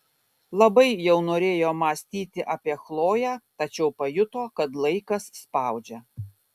labai jau norėjo mąstyti apie chloję tačiau pajuto kad laikas spaudžia